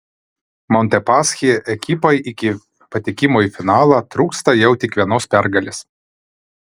montepaschi ekipai iki patekimo į finalą trūksta jau tik vienos pergalės